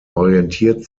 orientiert